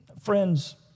Friends